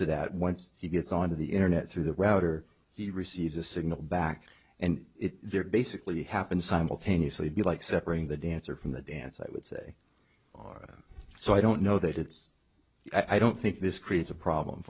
to that once he gets on to the internet through the router he receives a signal back and they're basically happened simultaneously be like separating the dancer from the dance i would say are so i don't know that it's i don't think this creates a problem